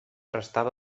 restava